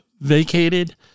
vacated